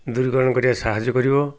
ଦୂରୀକରଣ କରିବାରେ ସାହାଯ୍ୟ କରିବ